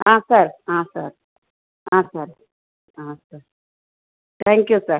sir sir sir sir thank you sir